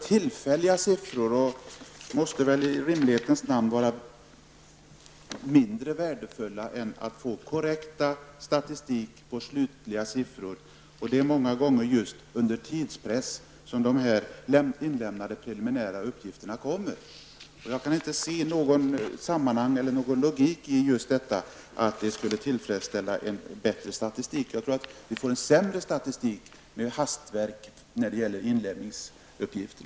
Tillfälliga siffror måste väl i rimlighetens namn vara mindre värdefulla än en korrekt statistik, byggd på slutliga siffror. Preliminära uppgifter lämnas många gånger under tidspress, och jag kan inte se någon logik i att det med en kortare tidsfrist skulle vara möjligt att få till stånd en bättre statistik. Jag tror att vi får en sämre statistik, om inlämningsuppgifterna kommer till genom ett hastverk.